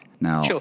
now